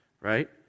right